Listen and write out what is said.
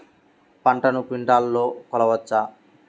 పంటను క్వింటాల్లలో కొలవచ్చా?